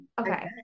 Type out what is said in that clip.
Okay